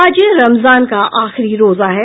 आज रमजान का आखिरी रोजा है